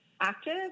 active